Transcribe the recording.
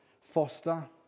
foster